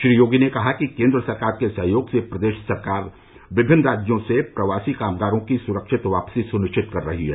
श्री योगी ने कहा कि केंद्र सरकार के सहयोग से प्रदेश सरकार विभिन्न राज्यों से प्रवासी कामगारों की सुरक्षित वापसी सुनिश्चित कर रही है